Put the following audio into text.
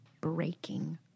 breaking